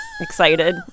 excited